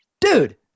dude